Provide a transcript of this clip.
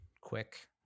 quick